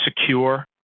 secure